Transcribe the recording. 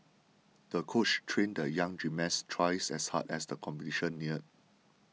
the coach trained the young gymnast twice as hard as the competition neared